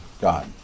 God